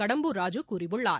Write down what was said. கடம்பூர் ராஜு கூறியுள்ளார்